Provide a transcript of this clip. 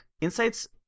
Insight's